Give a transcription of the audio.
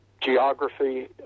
geography